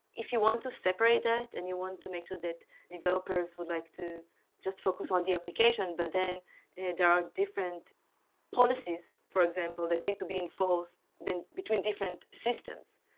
if you want to separate that and you want to make so that developers would like to just focus on the application but then and there are different policies, for example, that need to be enforced between different systems,